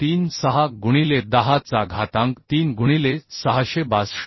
36 गुणिले 10 चा घातांक 3 गुणिले 662